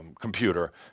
computer